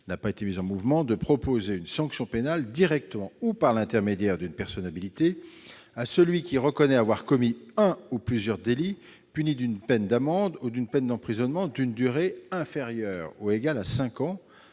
n'a pas été mise en mouvement, de proposer une sanction pénale, directement ou par l'intermédiaire d'une personne habilitée, à celui qui reconnaît avoir commis un ou plusieurs délits punis d'une peine d'amende ou d'une peine d'emprisonnement d'une durée inférieure ou égale à cinq